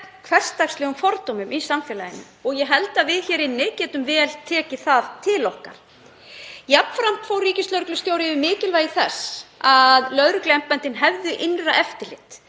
hversdagslegum fordómum í samfélaginu. Ég held að við hér inni getum vel tekið það til okkar. Jafnframt fór ríkislögreglustjóri yfir mikilvægi þess að lögregluembættin hefðu innra eftirlit